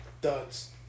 Duds